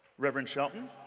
reverend shelton?